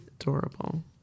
adorable